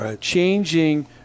changing